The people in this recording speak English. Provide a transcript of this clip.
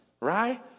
right